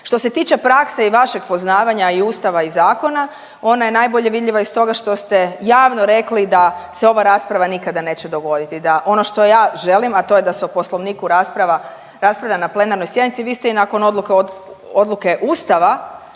Što se tiče prakse i vašeg poznavanja i ustava i zakona ona je najbolje vidljiva iz toga što ste javno rekli da se ova rasprava nikada neće dogoditi, da ono što ja želim, a to je da se o poslovniku rasprava, raspravlja na plenarnoj sjednici, vi ste i nakon odluke,